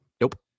Nope